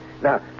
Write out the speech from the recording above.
Now